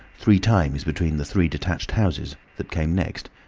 three times between the three detached houses that came next,